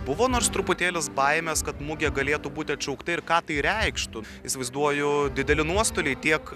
buvo nors truputėlis baimės kad mugė galėtų būti atšaukta ir ką tai reikštų įsivaizduoju dideli nuostoliai tiek